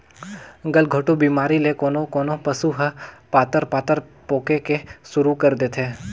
गलघोंटू बेमारी ले कोनों कोनों पसु ह पतार पतार पोके के सुरु कर देथे